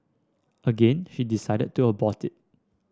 again she decided to abort it